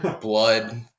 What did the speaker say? Blood